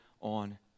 on